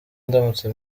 ndamutse